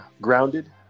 grounded